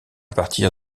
partir